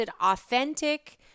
authentic